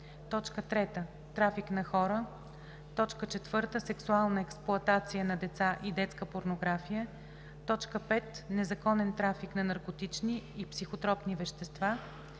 3. трафик на хора; 4. сексуална експлоатация на деца и детска порнография; 5. незаконен трафик на наркотични и психотропни вещества;